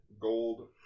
gold